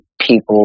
people